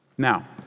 Now